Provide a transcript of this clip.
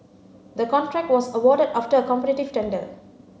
the contract was awarded after a competitive tender